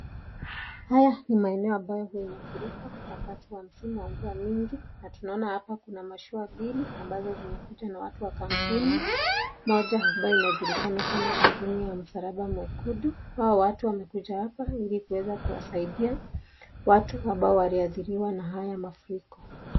Haya ni maeneo ambayo mvua inafurika wakati wa msimu wa mvua nyingi na tunaona hapa kuna mashua mbili ambazo zimekuja na watu wa kampuni moja ambayo inajulikana kama kampuni ya msalaba mwekundu na hawa watu wamekuja hapa ili kuweza kuwasaidia watu ambao waliweza kuathiriwa na haya mafuriko.